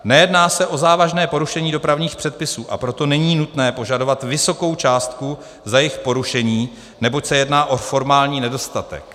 Nejedná se o závažné porušení dopravních předpisů, a proto není nutné požadovat vysokou částku za jejich porušení, neboť se jedná o formální nedostatek.